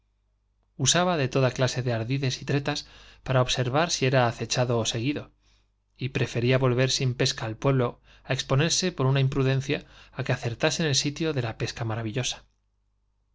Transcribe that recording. usaba de toda clase de ardides y tretas para observar si era acechado ó seguido y prefería volver sin pesca al pueblo á exponerse por una imprudencia á que acertasen el sitio de la peca maravillosa